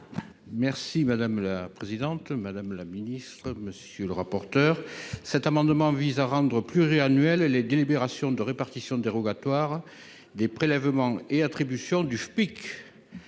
Merci madame la présidente, madame la ministre, monsieur le rapporteur, cet amendement vise à rendre les délibérations de répartition dérogatoire des prélèvements et attribution du FPIC,